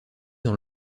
dans